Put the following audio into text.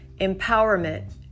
empowerment